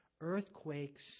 earthquakes